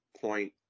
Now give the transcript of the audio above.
point